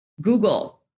Google